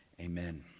amen